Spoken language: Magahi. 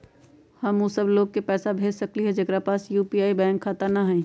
हम उ सब लोग के पैसा भेज सकली ह जेकरा पास यू.पी.आई बैंक खाता न हई?